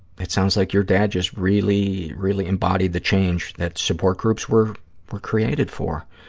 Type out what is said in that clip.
it sounds like your dad just really, really embodied the change that support groups were were created for.